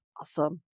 awesome